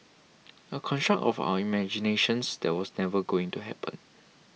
a construct of our imaginations that was never going to happen